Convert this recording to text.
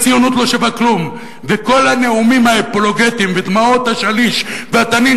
הציונות לא שווה כלום וכל הנאומים האפולוגטיים ודמעות השליש והתנין